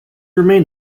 remained